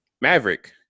Maverick